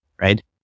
right